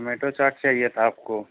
tomato chaat चाहिए था आपको